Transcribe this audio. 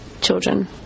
children